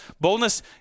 Boldness